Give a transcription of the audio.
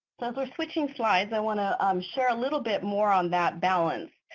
we're switching slides i want to um share a little bit more on that balance.